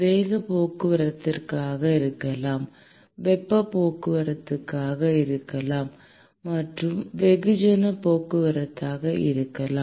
வேக போக்குவரத்தாக இருக்கலாம் வெப்ப போக்குவரத்தாக இருக்கலாம் மற்றும் வெகுஜன போக்குவரத்தாக இருக்கலாம்